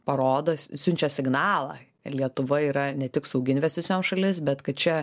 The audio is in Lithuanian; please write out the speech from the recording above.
parodo siunčia signalą ir lietuva yra ne tik saugi investicijoms šalis bet kad čia